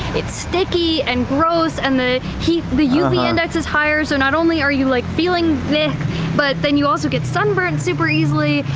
it's sticky, and gross, and the heat the uv index is higher, so not only are you like feeling ick but then you also get sunburned super easily.